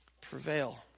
prevail